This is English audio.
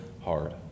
hard